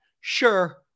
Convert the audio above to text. Sure